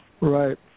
Right